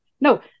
No